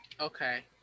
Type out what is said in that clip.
Okay